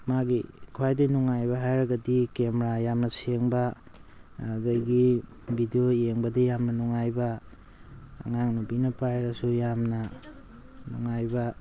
ꯃꯥꯒꯤ ꯈ꯭ꯋꯥꯏꯗꯩ ꯅꯨꯡꯉꯥꯏꯕ ꯍꯥꯏꯔꯒꯗꯤ ꯀꯦꯃꯦꯔꯥ ꯌꯥꯝꯅ ꯁꯦꯡꯕ ꯑꯗꯨꯗꯒꯤ ꯚꯤꯗꯤꯑꯣ ꯌꯦꯡꯕꯗꯤ ꯌꯥꯝꯅ ꯅꯨꯡꯉꯥꯏꯕ ꯑꯉꯥꯡ ꯅꯨꯕꯤꯅ ꯄꯥꯏꯔꯁꯨ ꯌꯥꯝꯅ ꯅꯨꯡꯉꯥꯏꯕ